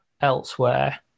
elsewhere